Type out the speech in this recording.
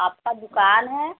आपका दुकान है